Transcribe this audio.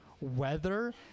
weather